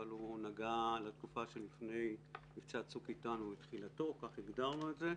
אבל הוא נגע לתקופה שלפני מבצע צוק איתן ולתחילתו כך הגדרנו את זה.